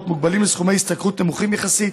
מוגבלים לסכומי השתכרות נמוכים יחסית,